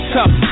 Tough